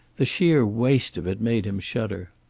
the sheer waste of it made him shudder.